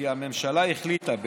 כי הממשלה החליטה,